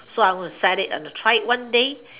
so I was excited and try it one day